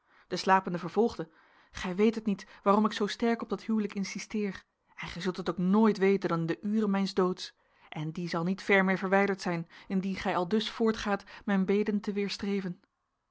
de slapende vervolgde gij weet het niet waarom ik zoo sterk op dat huwelijk insisteer en gij zult het ook nooit weten dan in de ure mijns doods en die zal niet ver meer verwijderd zijn indien gij aldus voortgaat mijn beden te